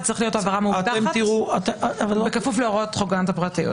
זה צריך להיות העברה מאובטחת בכפוף להוראות חוק הגנת הפרטיות.